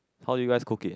how do you guys cook it